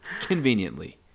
Conveniently